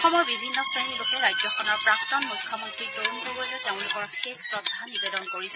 অসমৰ বিভিন্ন শ্ৰেণীৰ লোকে ৰাজ্যখনৰ প্ৰাক্তন মুখ্যমন্নী তৰুণ গগৈলৈ তেওঁলোকৰ শেষ শ্ৰদ্ধা নিবেদন কৰিছে